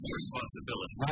responsibility